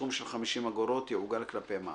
סכום של 50 אגורות יעוגל כלפי מעלה,